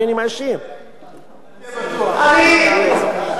אל תהיה בטוח.